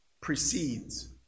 precedes